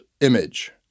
image